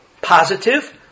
positive